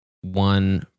one